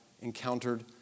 encountered